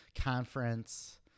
conference